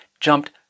jumped